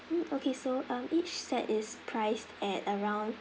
mm okay so um each set is priced at around